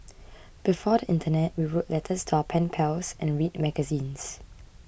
before the internet we wrote letters to our pen pals and read magazines